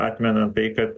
atmenant tai kad